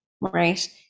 right